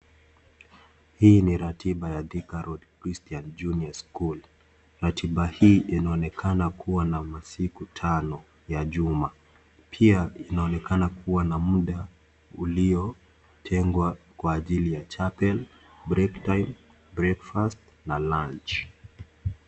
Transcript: Hii ni ratiba ya Thika Road Christian Junior School. Ratiba hii inoonekana kuwa na masiku tano ya juma. Pia inoonekana kuwa na muda uliotengwa kwa ajili ya chapel, break time, breakfast, na lunch.